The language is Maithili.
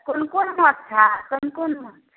कोन कोन माछ छहक कोन कोन माछ